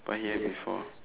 but I hear before